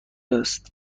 است